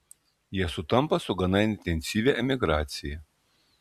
jie sutampa su gana intensyvia emigracija